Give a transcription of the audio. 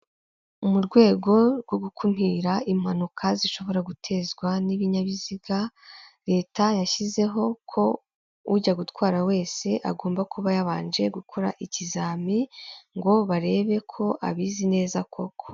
Mu rwego rwo gukumira impanuka zishobora gutezwa n'ibinyabiziga leta yashyizeho ko ujya gutwara wese agomba kuba yabanje gukora ikizami ngo barebe ko abizi neza koko